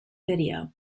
video